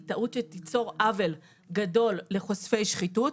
היא טעות שתיצור עוול גדול לחושפי שחיתות.